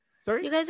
Sorry